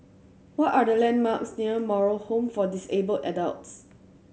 what are the landmarks near Moral Home for Disabled Adults